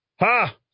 Ha